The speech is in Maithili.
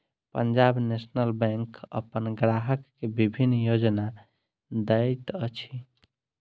पंजाब नेशनल बैंक अपन ग्राहक के विभिन्न योजना दैत अछि